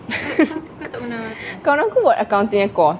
kawan aku buat accounting punya course